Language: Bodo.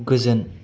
गोजोन